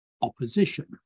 opposition